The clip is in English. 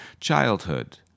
childhood